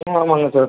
ம் ஆமாங்க சார்